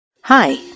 Hi